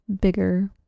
bigger